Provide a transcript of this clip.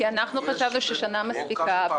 כי אנחנו חשבנו ששנה מספיקה.